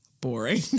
boring